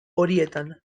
horietan